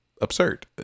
absurd